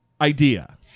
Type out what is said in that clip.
idea